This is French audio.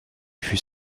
fut